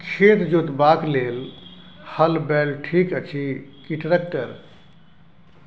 खेत जोतबाक लेल हल बैल ठीक अछि की ट्रैक्टर?